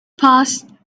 passed